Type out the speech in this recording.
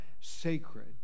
sacred